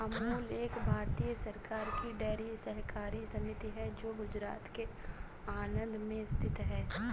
अमूल एक भारतीय सरकार की डेयरी सहकारी समिति है जो गुजरात के आणंद में स्थित है